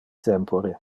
tempore